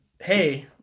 Hey